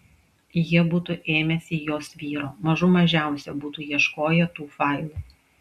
jie būtų ėmęsi jos vyro mažų mažiausia būtų ieškoję tų failų